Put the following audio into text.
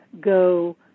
go